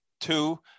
Two